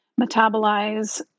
metabolize